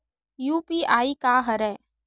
UPI का हरय?